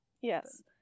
Yes